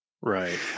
Right